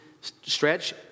stretch